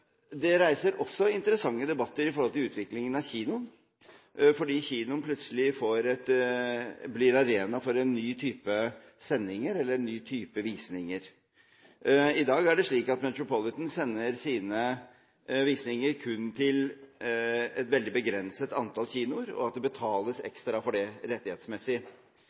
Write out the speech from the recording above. det. Det reiser også interessante debatter når det gjelder utviklingen av kinoen, fordi kinoen plutselig blir arena for en ny type sendinger eller en ny type visninger. I dag er det slik at Metropolitan sender sine visninger til kun et veldig begrenset antall kinoer, og at det betales ekstra for det rettighetsmessig.